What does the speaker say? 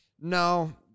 No